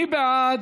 מי בעד?